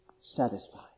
satisfied